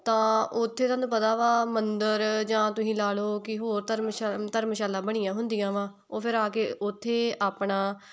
ਤਾਂ ਉਥੇ ਤੁਹਾਨੂੰ ਪਤਾ ਵਾ ਮੰਦਰ ਜਾਂ ਤੁਸੀਂ ਲਾ ਲਓ ਕਿ ਹੋਰ ਧਰਮਸ਼ਾ ਧਰਮਸ਼ਾਲਾ ਬਣੀਆਂ ਹੁੰਦੀਆਂ ਵਾ ਉਹ ਫਿਰ ਆ ਕੇ ਉੱਥੇ ਆਪਣਾ